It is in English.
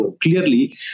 clearly